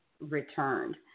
returned